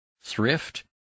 thrift